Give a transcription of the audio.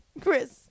Chris